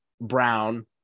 Brown